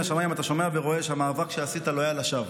השמיים אתה שומע ורואה שהמאבק שעשית לא היה לשווא,